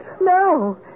No